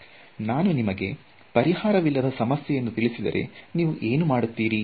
ನಾನು ನಿಮಗೆ ಪರಿಹಾರವಿಲ್ಲದ ಸಮಸ್ಯೆಯನ್ನು ತಿಳಿಸಿದರೆ ನೀವು ಏನು ಮಾಡುತ್ತೀರಿ